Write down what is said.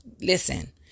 listen